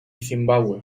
zimbabue